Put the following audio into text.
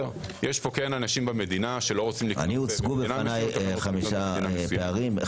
יש פה אנשים במדינה- -- הוצגו בפניי חמישה פערים.